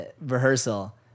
rehearsal